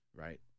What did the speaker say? Right